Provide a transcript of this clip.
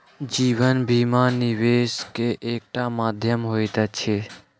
जीवन बीमा, निवेश के एकटा माध्यम होइत अछि